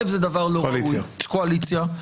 דבר ראשון,